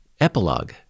Epilogue